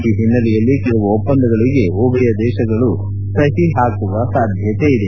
ಈ ಹಿನ್ನೆಲೆಯಲ್ಲಿ ಕೆಲವು ಒಪ್ಪಂದಗಳಿಗೆ ಉಭಯ ದೇಶಗಳು ಸಹಿ ಪಾಕುವ ಸಾಧ್ಯತೆ ಇದೆ